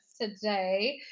today